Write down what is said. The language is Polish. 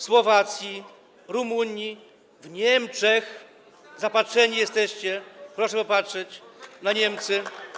Słowacji, Rumunii, Niemczech - zapatrzeni jesteście, proszę patrzeć na Niemcy